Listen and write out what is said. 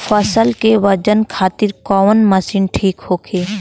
फसल के वजन खातिर कवन मशीन ठीक होखि?